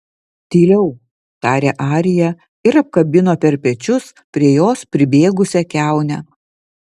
tyliau tarė arija ir apkabino per pečius prie jos pribėgusią kiaunę